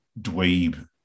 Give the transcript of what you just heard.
dweeb